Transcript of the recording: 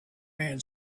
man